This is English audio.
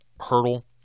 hurdle